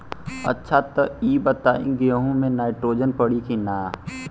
अच्छा त ई बताईं गेहूँ मे नाइट्रोजन पड़ी कि ना?